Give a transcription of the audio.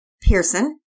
Pearson